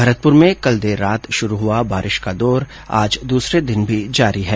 भरतपुर में कल देर रात शुरु हुआ बारिश का दौर आज दूसरे दिन भी जारी है